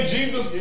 Jesus